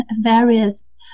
various